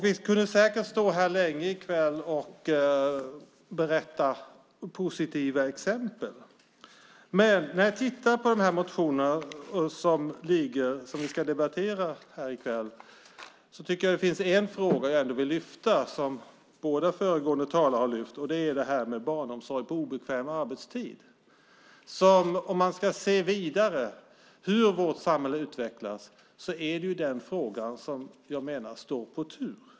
Vi kan säkert stå länge här i kväll och berätta om positiva exempel. När jag har tittat på de motioner som vi ska debattera i kväll finns det en fråga som jag vill lyfta fram och som båda föregående talare har lyft fram. Det gäller barnomsorg på obekväm arbetstid. Om vi ser på hur vårt samhälle utvecklas är det den frågan som står på tur.